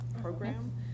program